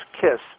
kiss